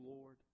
Lord